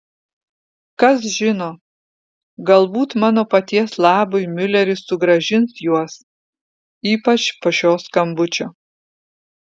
kas žino galbūt mano paties labui miuleris sugrąžins juos ypač po šio skambučio